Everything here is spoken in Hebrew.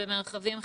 במרחבים חיצוניים,